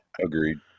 Agreed